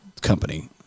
company